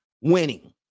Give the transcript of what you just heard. winning